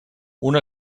una